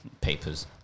Papers